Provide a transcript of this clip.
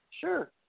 Sure